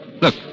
Look